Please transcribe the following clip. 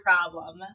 problem